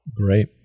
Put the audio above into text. Great